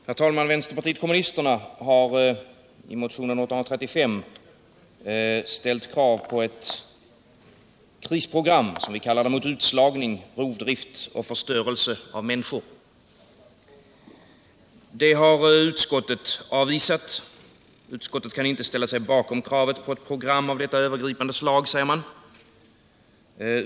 Herr talman! Vänsterpartiet kommunisterna har i motionen 835 ställt krav på ett krisprogram, som vi kallar det, mot utslagning, rovdrift och förstörelse av människor. Det förslaget har utskottet avvisat. Utskottet kan inte ställa sig bakom kravet på ett program av detta övergripande slag, säger man.